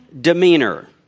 demeanor